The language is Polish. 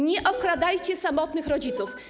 Nie okradajcie samotnych rodziców.